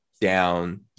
down